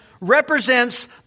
represents